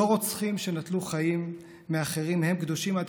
לא רוצחים שנטלו חיים מאחרים הם קדושים עד